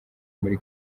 muri